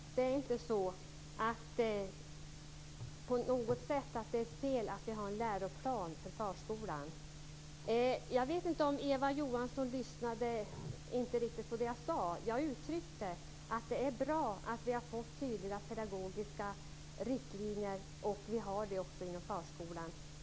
Fru talman! Det är inte på något sätt fel att vi har en läroplan för förskolan. Eva Johansson kanske inte lyssnade riktigt på vad jag sade. Jag uttryckte att det är bra att vi har fått tydliga pedagogiska riktlinjer också inom förskolan.